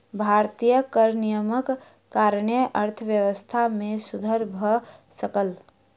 भारतीय कर नियमक कारणेँ अर्थव्यवस्था मे सुधर भ सकल